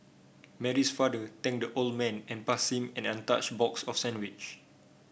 Mary's father thanked the old man and passed him an untouched box of sandwiche